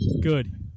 Good